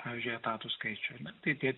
pavyzdžiui etatų skaičių ar ne tai tie